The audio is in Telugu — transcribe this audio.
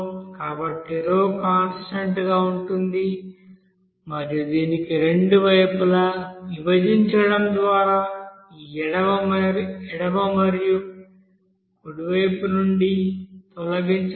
కాబట్టి కాన్స్టాంట్ గా ఉంటుంది మరియు దీనిని రెండు వైపులా విభజించడం ద్వారా ఈ ఎడమ మరియు కుడి వైపు నుండి తొలగించవచ్చు